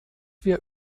wir